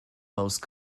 most